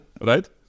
Right